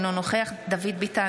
אינו נוכח דוד ביטן,